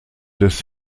des